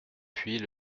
puis